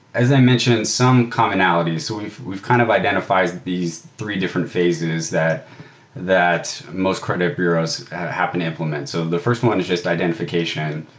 as i mentioned, some commonalities. we've we've kind of identify these three different phases that that most credit bureaus happen to implement. so the first one is just identification.